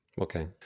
Okay